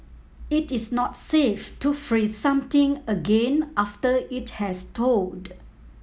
it is not safe to freeze something again after it has thawed